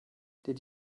did